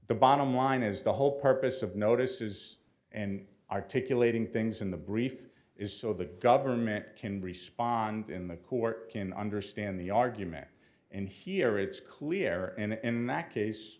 the bottom line is the whole purpose of notices and articulating things in the brief is so the government can respond in the court can understand the argument and here it's clear and in that case